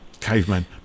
caveman